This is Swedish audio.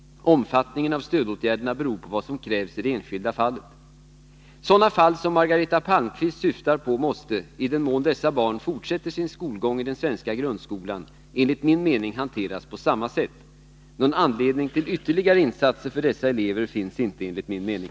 Omfattningen av stödåtgärderna beror på vad som krävs i det enskilda fallet. Sådana fall som Margareta Palmqvist syftar på måste — i den mån dessa barn fortsätter sin skolgång i den svenska grundskolan — enligt min mening hanteras på samma sätt. Någon anledning till ytterligare insatser för dessa elever finns inte enligt min mening.